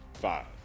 Five